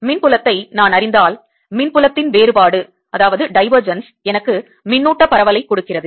மின்புலத்தை நான் அறிந்தால் மின் புலத்தின் வேறுபாடு எனக்கு மின்னூட்டப் பரவலைக் கொடுக்கிறது